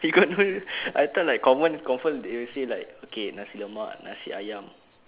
you got no I thought like confirm confirm they will say like okay nasi lemak nasi ayam